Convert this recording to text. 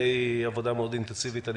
אחרי עבודה אינטנסיבית מאוד.